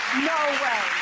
no way,